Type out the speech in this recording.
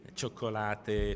cioccolate